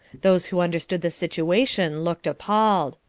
those who understood the situation looked appalled.